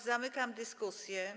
Zamykam dyskusję.